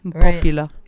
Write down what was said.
Popular